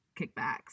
kickbacks